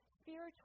spiritual